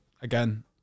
again